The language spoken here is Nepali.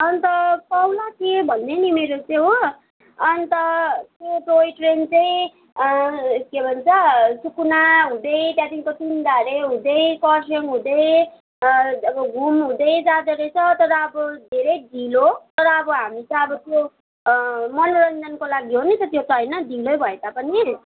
अन्त पाउला के भन्ने नि मेरो चाहिँ हो अन्त त्यो टोय ट्रेन चाहिँ के भन्छ सुकुना हुँदै त्यहाँदेखिको तिनधारे हुँदै कर्सियङ हुँदै अब घुम हुँदै जाँदो रहेछ तर अब धेरै ढिलो तर अब हामी त अब त्यो मनोरन्जनको लागि हो नि त त्यो त होइन ढिलै भए तापनि